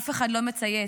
אף אחד לא מצייץ,